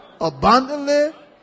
abundantly